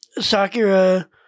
Sakura